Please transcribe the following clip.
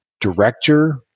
Director